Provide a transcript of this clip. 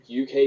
UK